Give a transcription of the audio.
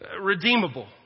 redeemable